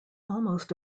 almost